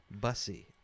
Bussy